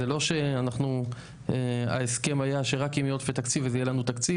זה לא שההסכם היה שרק אם יהיו עודפי תקציב אז יהיה לנו תקציב.